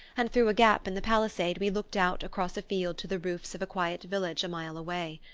and through a gap in the palisade we looked out across a field to the roofs of a quiet village a mile away.